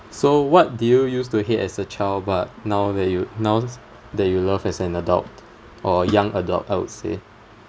so what did you used to hate as a child but now when you now that you love as an adult or young adult I would say